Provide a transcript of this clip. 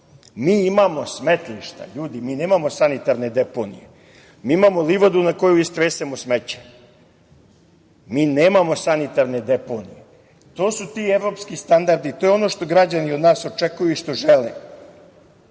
Mi imamo smetlišta, ljudi, mi nemamo deponije. Imamo livadu na koju istresemo smeće. Nemamo sanitarne deponije. To su ti evropski standardi. To je ono što građani od nas očekuju i ono što žele.